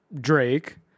Drake